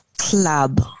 club